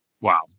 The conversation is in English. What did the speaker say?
Wow